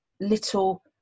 little